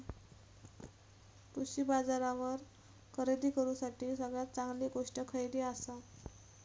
कृषी बाजारावर खरेदी करूसाठी सगळ्यात चांगली गोष्ट खैयली आसा?